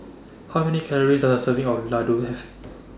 How Many Calories Does A Serving of Ladoo Have